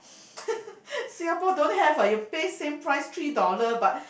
Singapore don't have ah you pay same price three dollar but